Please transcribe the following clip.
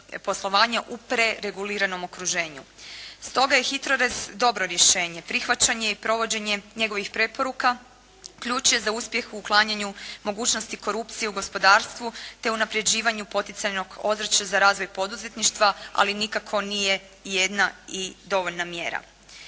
u prereguliranom okruženju. Stoga je HITRORez dobro rješenje. Prihvaćanje i provođenje njegovih preporuka, ključ je za uspjeh u uklanjanju mogućnosti korupcije u gospodarstvu, te unapređivanju poticajnog ozračja za razvoj poduzetništva, ali nikako nije jedna i dovoljna mjera.